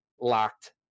locked